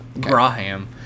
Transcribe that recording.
Graham